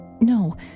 No